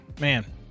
Man